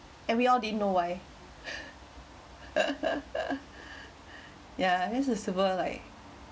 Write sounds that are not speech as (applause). and we all didn't know why (breath) yeah I mean possible like